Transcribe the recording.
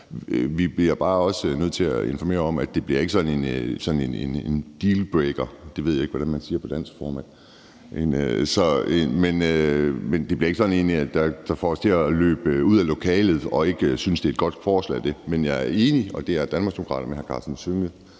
Vi bliver bare også nødt til at informere om, at det ikke bliver en dealbreaker – det ved jeg ikke hvordan man siger på dansk, formand. Det er ikke sådan noget, der får os til at løbe ud af lokalet og ikke synes, at det er et godt forslag. Men jeg og Danmarksdemokraterne er enige i hr. Karsten Hønges